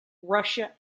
russia